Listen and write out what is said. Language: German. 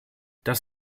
das